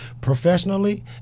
professionally